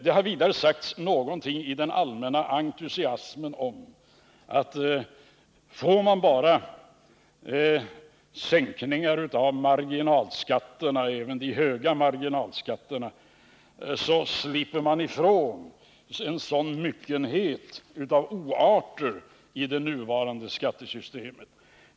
Det har vidare sagts någonting i den allmänna entusiasmen att om man bara blir av med de höga marginalskatterna, så slipper man ifrån en myckenhet av oarter i det nuvarande systemet.